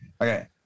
Okay